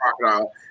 crocodile